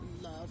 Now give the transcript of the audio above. love